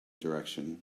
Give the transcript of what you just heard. direction